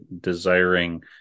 desiring